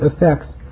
effects